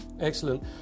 Excellent